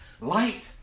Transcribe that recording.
Light